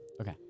Okay